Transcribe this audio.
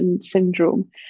syndrome